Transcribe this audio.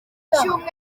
cyumweru